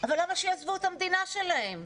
אבל למה שיעזבו את המדינה שלהם?